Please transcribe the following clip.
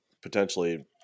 potentially